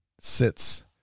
sits